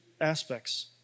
aspects